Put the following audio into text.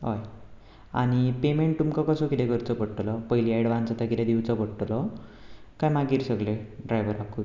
हय आनी पॅमेंट तुमकां कसो कितें करचो पडटलो पयलीं एडवांस आतां कितें दिवचो पडटलो काय मागीर सगळे ड्रायव्हराकूच